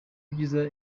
ibyiza